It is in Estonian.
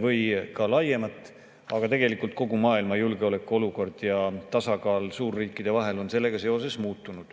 või ka laiemalt, aga tegelikult kogu maailma julgeolekuolukord ja tasakaal suurriikide vahel on sellega seoses muutunud.